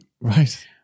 right